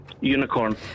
Unicorn